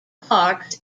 parks